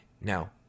Now